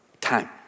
time